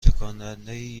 تکاندهندهای